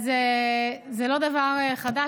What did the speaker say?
אז זה לא דבר חדש,